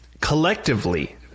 collectively